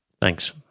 Thanks